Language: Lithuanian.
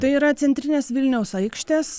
tai yra centrinės vilniaus aikštės